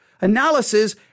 analysis